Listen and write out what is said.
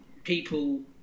People